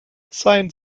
sein